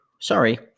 sorry